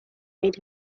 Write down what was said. made